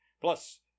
Plus